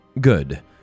Good